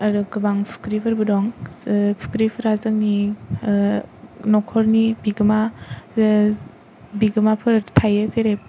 आरो गोबां फुख्रिफोरबो दं फुख्रिफोरा जोंनि न'खरनि बिगोमा बिगोमाफोर थायो जेरै